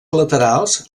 laterals